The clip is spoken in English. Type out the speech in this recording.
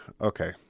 Okay